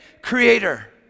creator